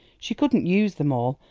she couldn't use them all,